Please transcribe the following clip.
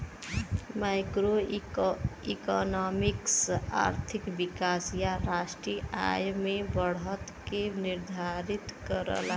macroeconomics आर्थिक विकास या राष्ट्रीय आय में बढ़त के निर्धारित करला